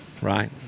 Right